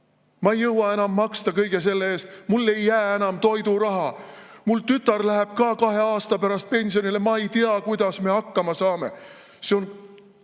"Ma ei jõua enam maksta kõige selle eest, mulle ei jää enam toiduraha. Mul tütar läheb ka kahe aasta pärast pensionile, ma ei tea, kuidas me hakkama saame."